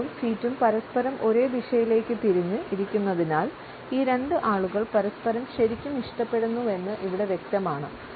കാലുകളും ഫീറ്റും പരസ്പരം ഒരേ ദിശയിലേക്ക് തിരിഞ്ഞ് ഇരിക്കുന്നതിനാൽ ഈ രണ്ട് ആളുകൾ പരസ്പരം ശരിക്കും ഇഷ്ടപ്പെടുന്നുവെന്ന് ഇവിടെ വ്യക്തമാണ്